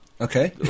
Okay